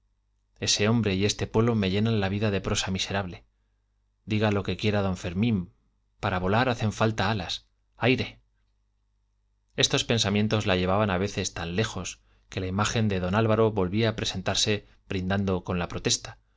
ese hombre y este pueblo me llenan la vida de prosa miserable diga lo que quiera don fermín para volar hacen falta alas aire estos pensamientos la llevaban a veces tan lejos que la imagen de don álvaro volvía a presentarse brindando con la protesta